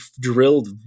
drilled